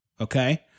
okay